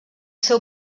seu